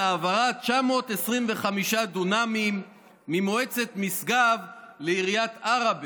העברת 925 דונמים ממועצת משגב לעיריית עראבה.